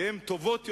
שהן טובות יותר,